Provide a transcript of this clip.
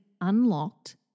unlocked